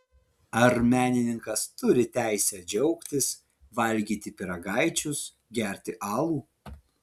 ar menininkas turi teisę džiaugtis valgyti pyragaičius gerti alų